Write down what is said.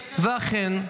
אכן,